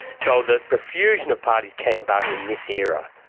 so the profusion of parties came about in this era.